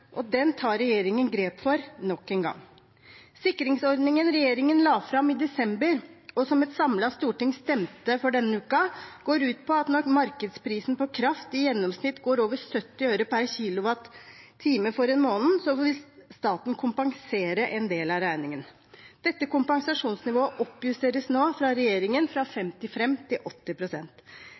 og den tar regjeringen grep for nok en gang. Sikringsordningen regjeringen la fram i desember, og som et samlet storting stemte for, går ut på at når markedsprisen på kraft i gjennomsnitt går over 70 øre per kilowattime for en måned, vil staten kompensere en del av regningen. Dette kompensasjonsnivået oppjusteres nå fra regjeringen – fra 55 pst. til